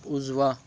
उजवा